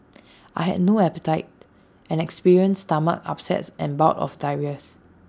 I had no appetite and experienced stomach upsets and bouts of diarrhoea